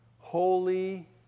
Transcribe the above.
holy